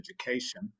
education